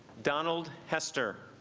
donald hester